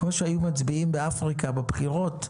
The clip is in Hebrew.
כמו שהיו מצביעים באפריקה בבחירות,